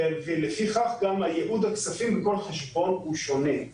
ולפיכך גם ייעוד הכספים בכל חשבון הוא שונה.